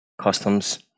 customs